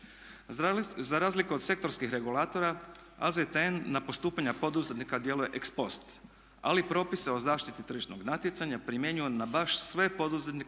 Za razliku od sektorskih regulatora AZTN na postupanja poduzetnika djeluje ex post. Ali propise o zaštiti tržišnog natjecanja primjenjuje na baš sve poduzetnike